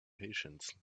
patience